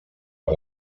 per